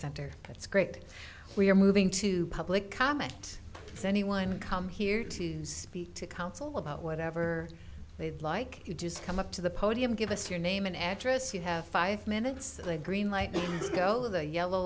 center that's great we're moving to public comment anyone come here to use to counsel about whatever they'd like to do come up to the podium give us your name and address you have five minutes they greenlight go the yellow